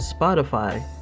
Spotify